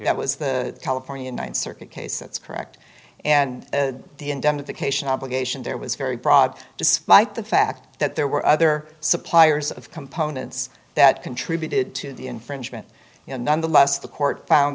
you had was the california ninth circuit case that's correct and the indemnification obligation there was very broad despite the fact that there were other suppliers of components that contributed to the infringement nonetheless the court found